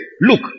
Look